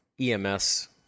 EMS